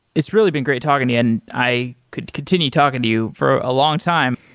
it's really been great talking to you. and i could continue talking to you for a long time,